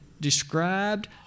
described